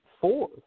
four